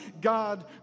God